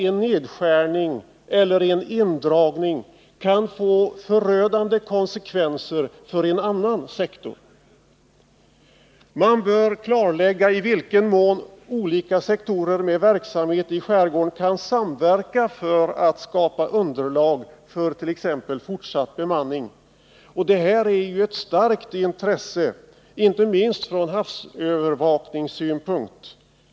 En nedskärning eller en indragning inom en sektor kan få förödande konsekvenser för en annan sektor. Man bör, framhåller näringsnämnden vidare, klarlägga i vilken mån olika sektorer med verksamhet i skärgården kan samverka för att skapa underlag för t.ex. fortsatt bemanning. Detta är ett starkt intresse inte minst från havsövervakningssynpunkt.